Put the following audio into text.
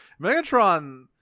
megatron